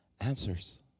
answers